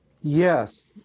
yes